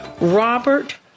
Robert